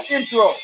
Intro